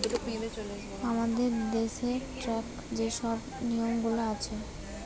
আমাদের দ্যাশের ট্যাক্সের যে শব নিয়মগুলা আছে